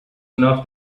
enough